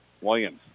Williams